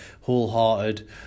wholehearted